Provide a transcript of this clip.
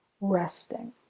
resting